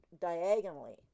diagonally